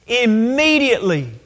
immediately